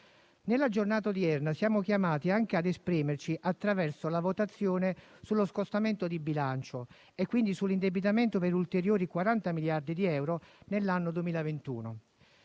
Nella giornata odierna siamo chiamati anche a esprimerci attraverso la votazione sullo scostamento di bilancio e quindi sull'indebitamento per ulteriori 40 miliardi di euro, nell'anno 2021.